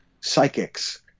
psychics